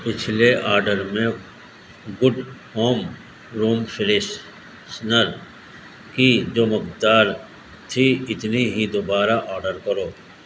پچھلے آڈر میں good home room freshener کی جو مقدار تھی اتنی ہی دوبارہ آڈر کرو